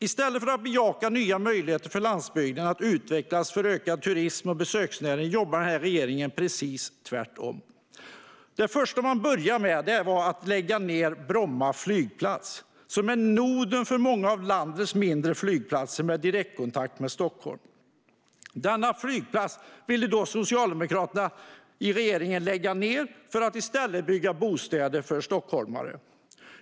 I stället för att bejaka nya möjligheter för landsbygden att utvecklas för ökad turism och besöksnäring jobbar denna regering precis tvärtom. Det första man gjorde var att försöka lägga ned Bromma flygplats, som är noden för många av landets mindre flygplatser med direktkontakt med Stockholm. Denna flygplats ville den socialdemokratiska regeringen lägga ned för att i stället bygga bostäder för stockholmare.